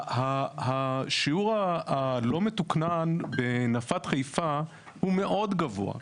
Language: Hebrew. השיעור הלא מתוקנן בנפת חיפה הוא מאוד גבוה,